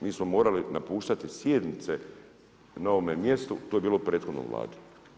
Mi smo morali napuštati sjednice na ovome mjestu, to je bilo u prethodnoj Vladi.